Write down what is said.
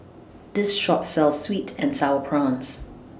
This Shop sells Sweet and Sour Prawns